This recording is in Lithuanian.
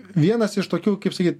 vienas iš tokių kaip sakyt